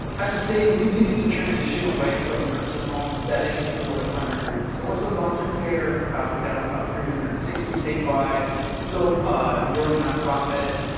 as a state we continue to transition away from nursing home settings for the primary source of long-term care we're down to about three one hundred and sixty statewide still a majority not profit.